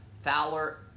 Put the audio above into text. Fowler